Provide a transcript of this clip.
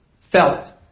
felt